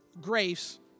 grace